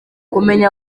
kumenya